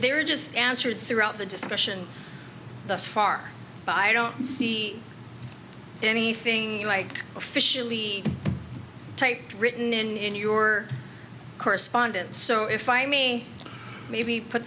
there just answered throughout the discussion thus far but i don't see anything like officially taped written in your correspondence so if i me maybe put